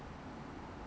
ya so